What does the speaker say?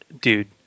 Dude